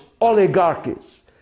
oligarchies